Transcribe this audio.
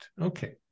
Okay